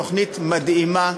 תוכנית מדהימה.